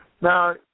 Now